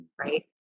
right